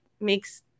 makes